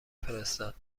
فرستاد